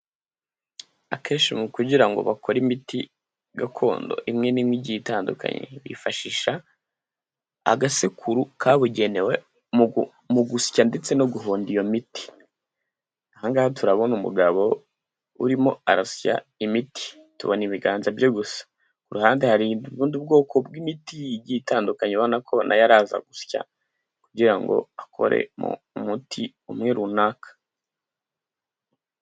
Akenshi mu kugira ngo bakore imiti gakondo imwe n'imwe igiye itandukanye, bifashisha agasekuru kabugenewe mu gusya ndetse no guhonda iyo miti, ahangaha turabona umugabo urimo arasya imiti, tubona ibiganza bye gusa, ku ruhande hari ubundi ubwoko bw'imiti igiye itandukanye, ubona ko nayo araza gusya, kugira ngo akoremo umuti umwe runaka.